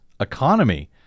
economy